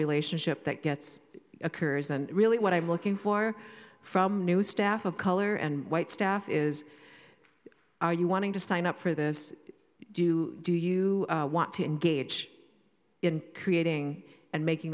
relationship that gets occurs and really what i'm looking for from new staff of color and white staff is are you wanting to sign up for this do you do you want to engage in creating and making